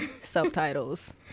subtitles